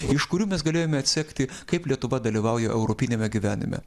iš kurių mes galėjome atsekti kaip lietuva dalyvauja europiniame gyvenime